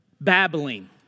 babbling